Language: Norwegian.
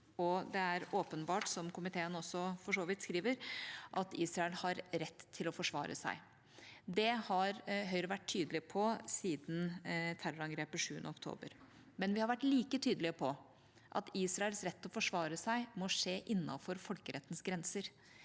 7. oktober, og som komiteen for så vidt skriver, er det åpenbart at Israel har rett til å forsvare seg. Det har Høyre vært tydelig på siden terrorangrepet 7. oktober, men vi har vært like tydelige på at Israels rett til å forsvare seg må skje innenfor folkerettens grenser.